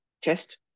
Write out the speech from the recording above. chest